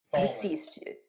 deceased